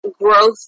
growth